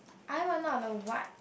I want on the what